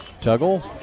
Tuggle